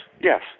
yes